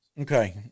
Okay